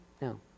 No